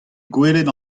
gwelet